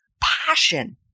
passion